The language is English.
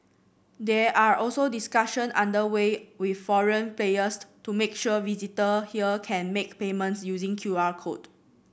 there are also discussions under way with foreign players to make sure visitor here can make payments using Q R code